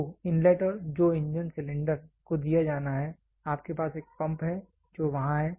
तो इनलेट जो engine cylinder को दिया जाना है आपके पास एक पंप है जो वहां है